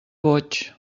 boig